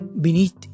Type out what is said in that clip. Beneath